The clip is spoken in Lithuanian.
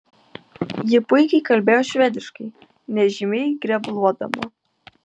ji puikiai kalbėjo švediškai nežymiai grebluodama